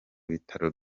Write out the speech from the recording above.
bitaro